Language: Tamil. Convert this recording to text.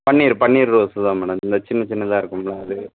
பன்னீரு பன்னீர் ரோஸு தான் மேடம் இந்த சின்ன சின்ன தான் இருக்கும்ல அது